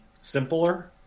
simpler